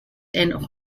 and